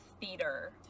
theater